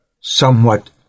somewhat